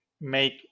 make